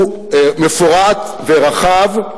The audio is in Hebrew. הוא מפורט ורחב,